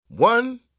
One